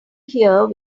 here